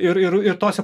ir ir ir tose